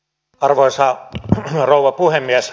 arvoisa rouva puhemies